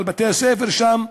על בתי-הספר שם.